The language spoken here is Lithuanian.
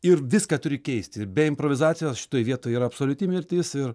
ir viską turi keisti be improvizacijos šitoj vietoj yra absoliuti mirtis ir